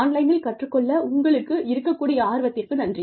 ஆன்லைனில் கற்றுக்கொள்ள உங்களுக்கு இருக்கக்கூடிய ஆர்வத்திற்கு நன்றி